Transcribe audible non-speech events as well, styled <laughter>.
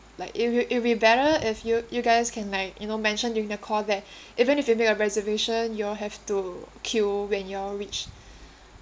like it'll be it'll be better if you you guys can like you know mention during the call that <breath> even if you make a reservation you all have to queue when you all reach